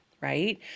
right